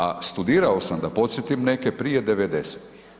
A studirao sam da podsjetim neke, prije 90-tih.